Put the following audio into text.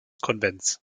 konvents